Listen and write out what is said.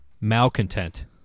malcontent